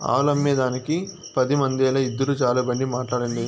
ఆవులమ్మేదానికి పది మందేల, ఇద్దురు చాలు బండి మాట్లాడండి